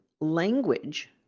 language